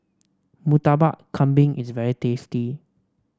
Murtabak Kambing is very tasty